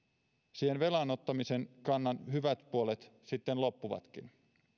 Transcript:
siihen velan ottamisen kannan hyvät puolet sitten loppuvatkin